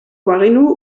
bagenu